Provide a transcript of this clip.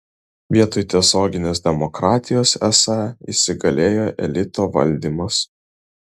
vietoj tiesioginės demokratijos esą įsigalėjo elito valdymas